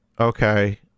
Okay